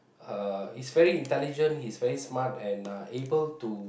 uh he's very intelligent he's very smart and uh able to